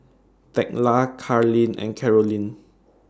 Thekla Carlyn and Karolyn